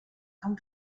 camps